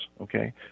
Okay